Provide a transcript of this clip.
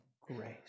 grace